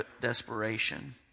desperation